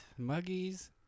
Muggies